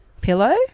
Pillow